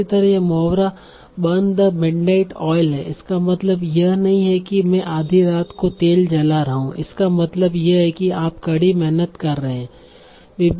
इसी तरह यह मुहावरा बर्न द मिडनाइट आयल है इसका मतलब यह नहीं है कि मैं आधी रात को तेल जला रहा हूं लेकिन इसका मतलब यह है कि आप कड़ी मेहनत कर रहे हैं